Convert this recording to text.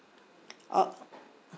oh